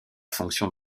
fonction